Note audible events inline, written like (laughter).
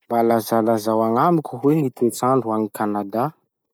Mba lazalazao agnamiko hoe gny (noise) toetsandro agny Kanada?